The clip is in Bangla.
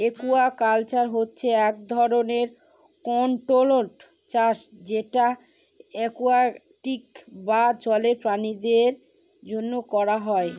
একুয়াকালচার হচ্ছে এক ধরনের কন্ট্রোল্ড চাষ যেটা একুয়াটিক বা জলের প্রাণীদের জন্য করা হয়